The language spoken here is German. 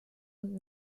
und